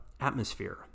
atmosphere